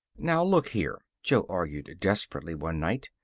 now, look here! jo argued, desperately, one night.